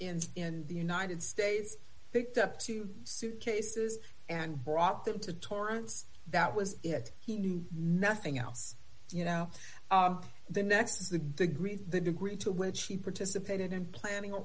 in the united states picked up two suitcases and brought them to torrance that was it he knew nothing else you know the next is the degree the degree to which he participated in planning